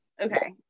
okay